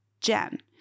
Jen